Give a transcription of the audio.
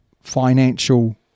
financial